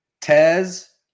Tez